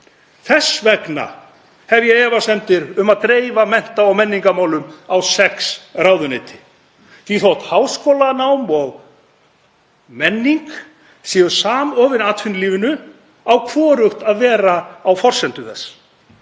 Þess vegna hef ég efasemdir um að dreifa mennta- og menningarmálum á sex ráðuneyti. Þótt háskólanám og menning séu samofin atvinnulífinu á hvorugt að vera á forsendum þess.